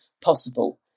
possible